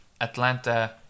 Atlanta